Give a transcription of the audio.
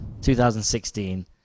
2016